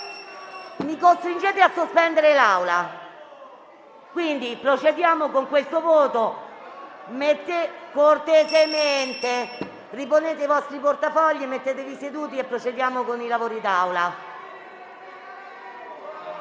mi costringete a sospendere la seduta. Procediamo con il voto. Cortesemente, riponete i vostri portafogli, mettetevi seduti e proseguiamo con i lavori d'Aula.